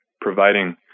providing